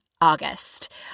August